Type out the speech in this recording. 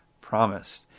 promised